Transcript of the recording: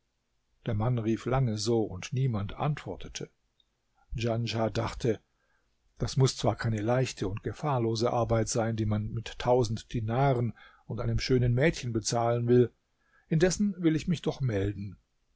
der mann rief lange so und niemand antwortete djanschah dachte das muß zwar keine leichte und gefahrlose arbeit sein die man mit tausend dinaren und einem schönen mädchen bezahlen will indessen will ich mich doch melden